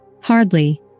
Hardly